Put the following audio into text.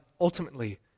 ultimately